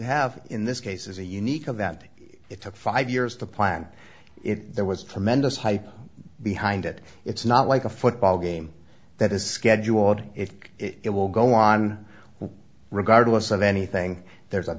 have in this case is a unique of that it took five years to plan it there was tremendous hype behind it it's not like a football game that is scheduled if it will go on regardless of anything there's a